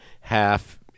half